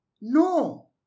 No